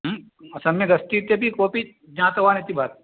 सम्यगस्तीत्यपि कोपि ज्ञातवानिति भाति